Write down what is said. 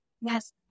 Yes